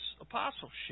apostleship